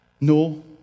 No